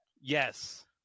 Yes